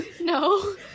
No